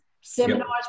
seminars